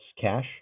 cash